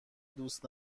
دوست